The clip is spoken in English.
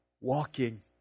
walking